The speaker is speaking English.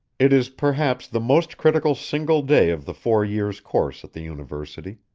it is, perhaps, the most critical single day of the four years' course at the university.